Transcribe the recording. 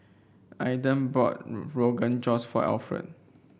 Aiden bought Rogan Josh for Alfred